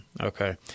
Okay